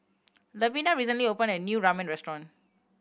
Levina recently opened a new Ramen Restaurant